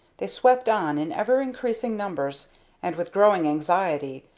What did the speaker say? they swept on, in ever-increasing numbers and with growing anxiety,